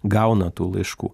gauna tų laiškų